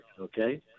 okay